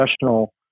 professional